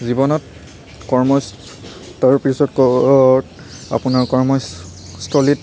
জীৱনত কৰ্ম তাৰ পিছত আপোনাৰ কৰ্মস্থলীত